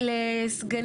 אסביר.